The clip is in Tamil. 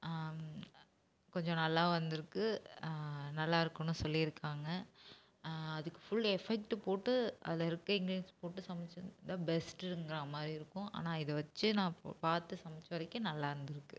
கொஞ்சம் நல்லா வந்துருக்கு நல்லா இருக்குதுன்னு சொல்லியிருக்காங்க அதுக்கு ஃபுல் எஃபெர்ட்டு போட்டு அதில் இருக்கற இன்கிரிடியன்ஸ் போட்டு சமைச்சது தான் பெஸ்ட்டுங்கிறா மாதிரி இருக்கும் ஆனால் இதை வச்சு நான் பார்த்து சமைத்த வரைக்கும் நல்லா இருந்துருக்கு